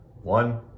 one